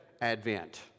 advent